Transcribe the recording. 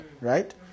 right